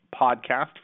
podcast